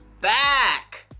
back